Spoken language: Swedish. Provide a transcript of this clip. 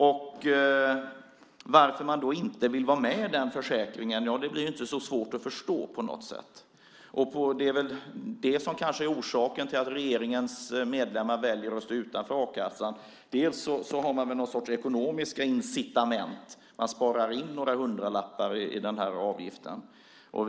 Då blir det inte så svårt att förstå varför man inte vill vara med i den försäkringen. Det kanske är det som är orsaken till att regeringens medlemmar väljer att stå utanför a-kassan. Man har väl någon sorts ekonomiska incitament, man sparar in några hundralappar på den här avgiften.